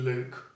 Luke